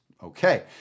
Okay